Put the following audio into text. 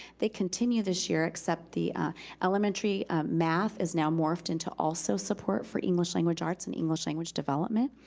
they continue this year, except the elementary math is now morphed into also support for english language arts and english language development,